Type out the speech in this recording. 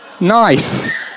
Nice